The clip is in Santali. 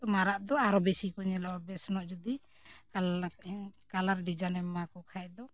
ᱛᱚ ᱢᱟᱨᱟᱜ ᱫᱚ ᱟᱨᱚ ᱵᱤᱥᱤ ᱠᱚ ᱧᱮᱞᱚᱜᱼᱟ ᱵᱮᱥ ᱧᱚᱜ ᱡᱩᱫᱤ ᱠᱟᱞᱟᱨ ᱰᱤᱡᱟᱭᱤᱱ ᱮᱢ ᱮᱢᱟ ᱠᱚ ᱠᱷᱟᱱ ᱫᱚ